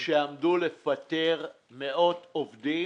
שעמדו לפטר מאות עובדים,